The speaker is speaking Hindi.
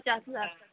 पचास हजार तक